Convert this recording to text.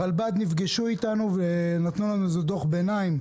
נפגשנו עם הרלב"ד ונתנו לנו דוח ביניים,